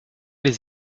les